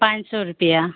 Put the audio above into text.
पाँच सौ रुपया